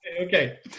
okay